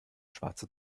schwarze